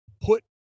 put